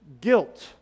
guilt